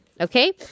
Okay